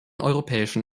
europäischen